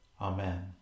Amen